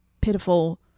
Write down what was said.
pitiful